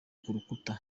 kuruta